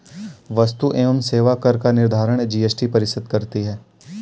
वस्तु एवं सेवा कर का निर्धारण जीएसटी परिषद करती है